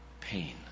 pain